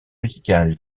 musical